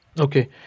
Okay